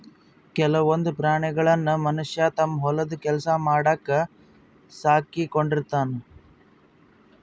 ಕೆಲವೊಂದ್ ಪ್ರಾಣಿಗಳನ್ನ್ ಮನಷ್ಯ ತಮ್ಮ್ ಹೊಲದ್ ಕೆಲ್ಸ ಮಾಡಕ್ಕ್ ಸಾಕೊಂಡಿರ್ತಾನ್